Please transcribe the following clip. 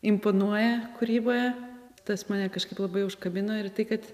imponuoja kūryboje tas mane kažkaip labai užkabino ir tai kad